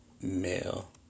Male